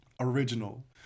Original